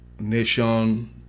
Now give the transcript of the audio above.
nation